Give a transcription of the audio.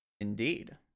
Indeed